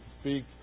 speak